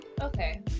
okay